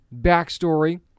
backstory